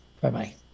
Bye-bye